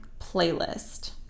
playlist